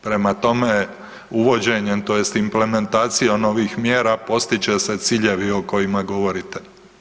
Prema tome uvođenjem tj. implementacijom ovih mjera postići će se ciljevi o kojima govorite.